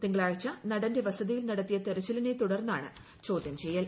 തിങ്കളാഴ്ച നടന്റെ വസതിയിൽ നടത്തിയ തെരച്ചിലിനെ തുടർന്നാണ് ചോദ്യം ചെയ്യൽ